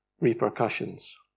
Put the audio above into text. repercussions